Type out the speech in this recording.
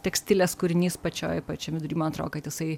tekstilės kūrinys pačioj pačiam vidury man atrodo kad jisai